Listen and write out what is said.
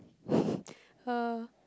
uh